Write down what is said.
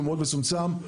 שהוא מצומצם מאוד.